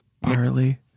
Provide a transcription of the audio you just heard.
barley